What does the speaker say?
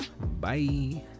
bye